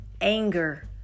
anger